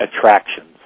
attractions